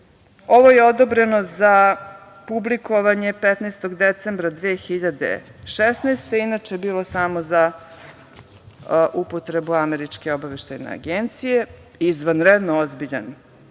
je odabrano za publikovanje 15. decembra 2016. godine. Inače bilo samo za upotrebu Američke obaveštajne agencije, izvanredno ozbiljan